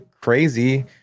crazy